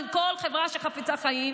ושל כל חברה שחפצה חיים.